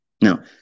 Now